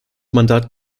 mandat